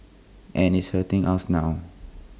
and it's hurting us now